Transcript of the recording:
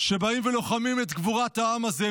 שבאים ולוחמים את גבורת העם הזה,